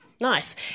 nice